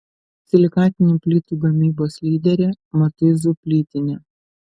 silikatinių plytų gamybos lyderė matuizų plytinė